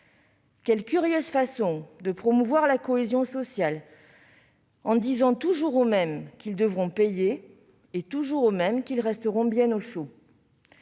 Quelle curieuse façon de promouvoir la cohésion sociale, en disant toujours aux mêmes qu'ils devront payer et toujours aux mêmes qu'ils resteront bien au chaud !